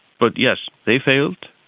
but yes, they failed,